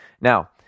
Now